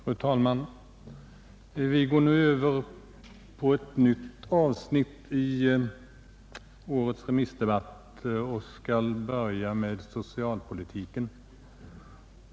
Fru talman! Vi går nu över till ett nytt avsnitt i årets remissdebatt och börjar med socialpolitiken.